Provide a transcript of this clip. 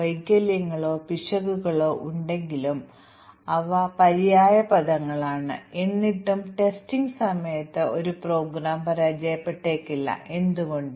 തുടർന്ന് mutant live ആണെന്ന് ഞങ്ങൾ പറയുന്നു മ്യൂട്ടന്റ് കൊല്ലാൻ ഞങ്ങളുടെ ടെസ്റ്റ് സ്യൂട്ടിലേക്ക് അധിക ടെസ്റ്റ് കേസുകൾ ചേർക്കേണ്ടതുണ്ട്